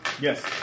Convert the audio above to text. Yes